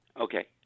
Okay